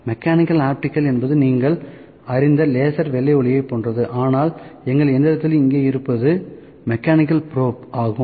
mechanical optical என்பது நீங்கள் அறிந்த லேசர் வெள்ளை ஒளியை போன்றது ஆனால் எங்கள் எந்திரத்தில் இங்கே இருப்பது மெக்கானிக்கல் ப்ரோப் ஆகும்